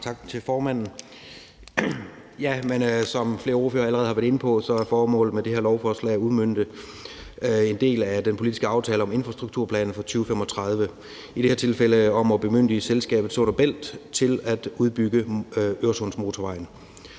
tak til formanden. Som flere ordførere allerede har været inde på, er formålet med det her lovforslag at udmønte en del af den politiske aftale om infrastrukturplanen for 2035. I det her tilfælde drejer det sig om at bemyndige selskabet Sund & Bælt til at udbygge Øresundsmotorvejen.